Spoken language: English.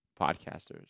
podcasters